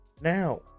Now